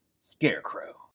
Scarecrow